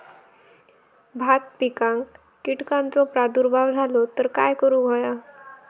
भात पिकांक कीटकांचो प्रादुर्भाव झालो तर काय करूक होया?